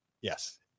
Yes